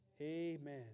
Amen